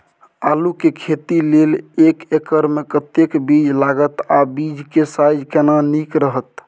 आलू के खेती लेल एक एकर मे कतेक बीज लागत आ बीज के साइज केना नीक रहत?